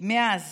שמאז